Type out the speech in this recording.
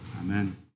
Amen